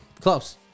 Close